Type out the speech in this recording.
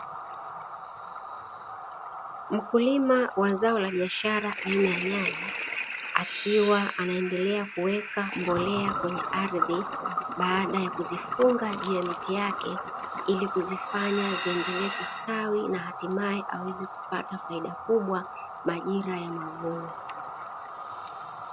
Mkulima wa zao la biashara aina ya nyanya, akiwa anaendelea kuweka mbolea kwenye ardhi baada ya kuzifunga juu ya miti yake, ili kuzifanya ziendelee kustawi na hatimaye kupata faida kubwa majira ya mavuno.